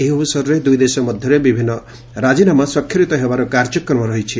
ଏହି ଅବସରରେ ଦୁଇଦେଶ ମଧ୍ୟରେ ବିଭିନ୍ନ ରାଜିନାମା ସ୍ୱାକ୍ଷରିତ ହେବାର କାର୍ଯ୍ୟକ୍ରମ ରହିଛି